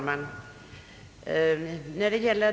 Herr talman!